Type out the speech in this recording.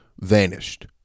vanished